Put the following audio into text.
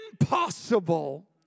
impossible